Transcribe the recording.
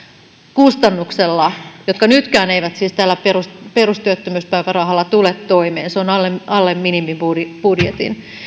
kustannuksella jotka nytkään eivät siis tällä perustyöttömyyspäivärahalla tule toimeen se on alle alle minimibudjetin